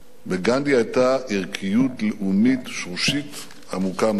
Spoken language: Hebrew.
לגנדי היתה ערכיות לאומית שורשית עמוקה מאוד.